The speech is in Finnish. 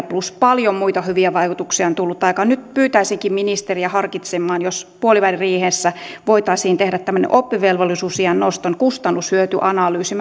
plus paljon muita hyviä vaikutuksia on saatu aikaan nyt pyytäisinkin ministeriä harkitsemaan jos puoliväliriihessä voitaisiin tehdä tämmöinen oppivelvollisuusiän noston kustannushyötyanalyysi